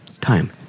Time